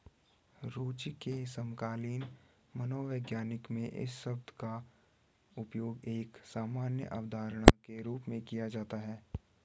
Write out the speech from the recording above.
रूचि के समकालीन मनोविज्ञान में इस शब्द का उपयोग एक सामान्य अवधारणा के रूप में किया जाता है